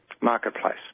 Marketplace